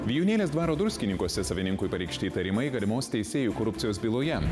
vijūnėlės dvaro druskininkuose savininkui pareikšti įtarimai galimos teisėjų korupcijos byloje